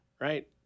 right